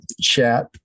chat